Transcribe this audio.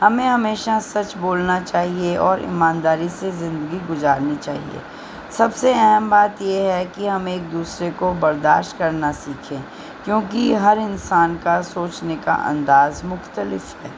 ہمیں ہمیشہ سچ بولنا چاہیے اور ایمانداری سے زندگی گزارنی چاہیے سب سے اہم بات یہ ہے کہ ہم ایک دوسرے کو برداشت کرنا سیکھیں کیونکہ ہر انسان کا سوچنے کا انداز مختلف ہے